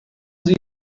sie